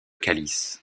calice